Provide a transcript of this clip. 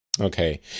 okay